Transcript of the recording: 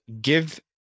give